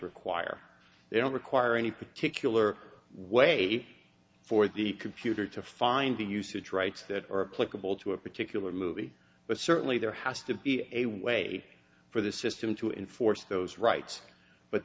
require they don't require any particular way for the computer to find the usage rights that are a click a bolt to a particular movie but certainly there has to be a way for the system to enforce those rights but